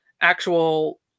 actual